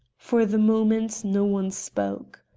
for the moment no one spoke.